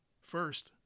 First